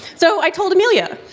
so i told amelia.